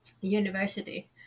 University